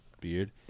beard